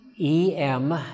E-M